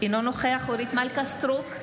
אינו נוכח אורית מלכה סטרוק,